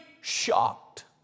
shocked